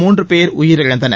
மூன்று பேர் உயிரிழந்தனர்